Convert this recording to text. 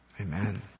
Amen